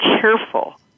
careful